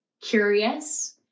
curious